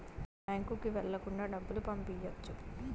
బ్యాంకుకి వెళ్ళకుండా డబ్బులు పంపియ్యొచ్చు